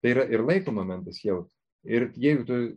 tai yra ir laiko momentas jau ir jeigu tu